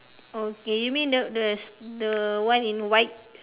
okay you mean the the s~ the one in white